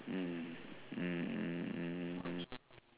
mm mm mm mm mm mm